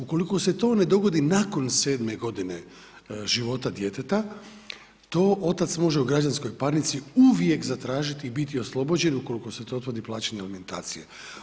Ukoliko se to ne dogodi nakon 7. godine života djeteta to otac može u građanskoj parnici uvijek zatražiti i biti oslobođen ukoliko se to utvrditi plaćanje alimentacije.